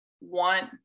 want